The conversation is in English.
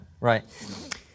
right